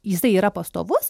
jisai yra pastovus